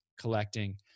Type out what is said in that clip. collecting